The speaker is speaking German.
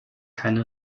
keine